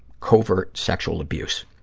covert sexual abuse.